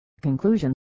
Conclusion